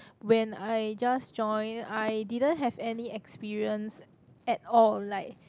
when I just join I didn't have any experience at all like